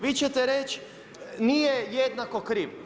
Vi ćete reći nije jednako kriv.